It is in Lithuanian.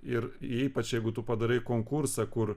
ir ypač jeigu tu padarai konkursą kur